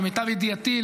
למיטב ידיעתי,